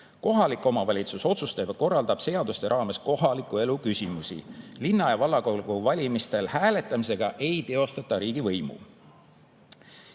Kohalik omavalitsus otsustab ja korraldab seaduste raames kohaliku elu küsimusi. Linna‑ ja vallavolikogu valimistel hääletamisega riigivõimu